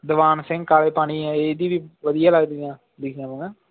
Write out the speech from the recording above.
ਦੀਵਾਨ ਸਿੰਘ ਕਾਲੇ ਪਾਣੀ ਇਹਦੀ ਵੀ ਵਧੀਆ ਲੱਗਦੀ ਆ ਲਿਖਿਆ ਵਾ